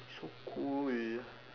so cold